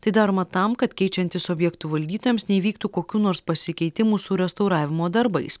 tai daroma tam kad keičiantis objektų valdytojams neįvyktų kokių nors pasikeitimų su restauravimo darbais